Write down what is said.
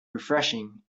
refreshing